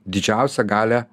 didžiausią galią